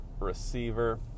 receiver